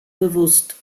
bewusst